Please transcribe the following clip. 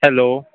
hello